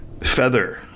Feather